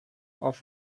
auf